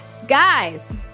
Guys